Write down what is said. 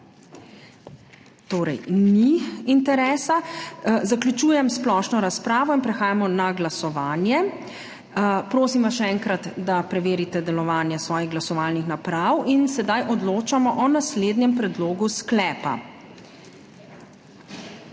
Torej ni interesa, zaključujem splošno razpravo in prehajamo na glasovanje. Prosim vas še enkrat, da preverite delovanje svojih glasovalnih naprav. In sedaj odločamo o naslednjem predlogu sklepa: